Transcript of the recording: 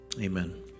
Amen